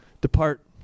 Depart